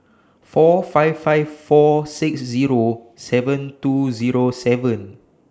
four five five four six Zero seven two Zero seven